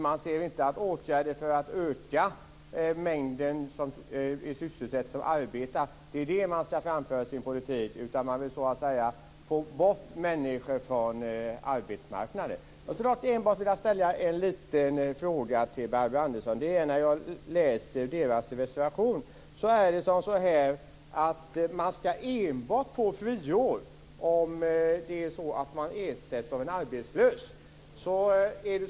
Man ser inte att det är åtgärder för att öka mängden sysselsatta som arbetar som man skall sträva efter i sin politik, utan man vill så att säga få bort människor från arbetsmarknaden. Andersson. När jag läser hennes reservation står det att man enbart skall få friår om man ersätts av en arbetslös.